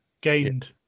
gained